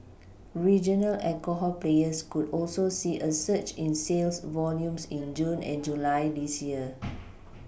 regional alcohol players could also see a surge in sales volumes in June and July this year